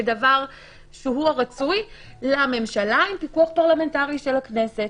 כדבר שהוא הרצוי לממשלה עם פיקוח פרלמנטרי של הכנסת.